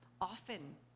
often